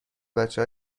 بچه